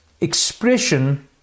expression